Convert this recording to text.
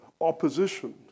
opposition